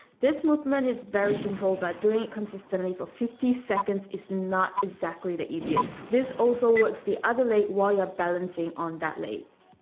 this movement is very simple but doing it consistently for fifty seconds is not exactly the easiest. this also works the other leg while you're balancing on that leg.